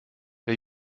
der